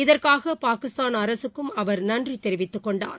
இதற்காக பாகிஸ்தான் அரசுக்கும் அவர் நன்றி தெரிவித்துக் கொண்டார்